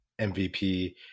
MVP